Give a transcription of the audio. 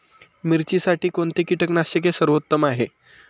मिरचीसाठी कोणते कीटकनाशके सर्वोत्तम आहे?